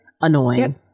annoying